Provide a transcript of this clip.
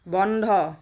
বন্ধ